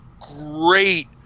great